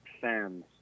fans